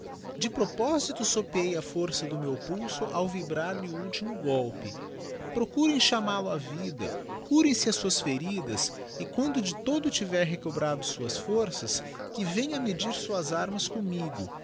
de propósito sopeei a força do meu pulso ao vibrarihe o ultimo golpe procurem charaal o á vida curem se as suas feridas e quando de todo tiver recobrado suas forças que venha medir suas armas coramigo